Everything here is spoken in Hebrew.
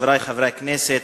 חברי חברי הכנסת,